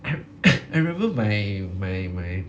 I I remember my my my